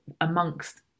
amongst